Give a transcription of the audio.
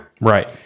Right